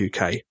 uk